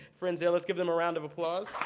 friends. yeah let's give them a round of applause.